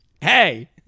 Hey